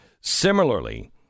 Similarly